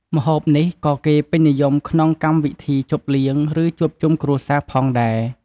ម្ហូបនេះក៏គេពេញនិយមក្នុងកម្មវិធីជប់លៀង ឬជួបជុំគ្រួសារផងដែរ។